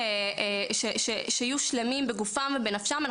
ויהיו שלמים בגופם ובנפשם,